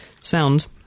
sound